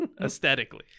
Aesthetically